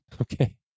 Okay